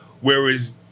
whereas